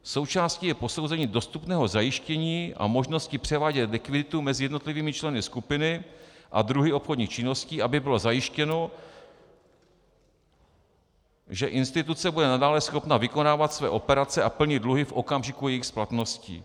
součástí je posouzení dostupného zajištění a možnosti převádět likviditu mezi jednotlivými členy skupiny a druhy obchodních činností, aby bylo zajištěno, že instituce bude nadále schopna vykonávat své operace a plnit dluhy v okamžiku jejich splatnosti,